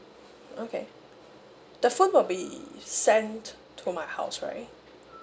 okay the phone will be sent to my house right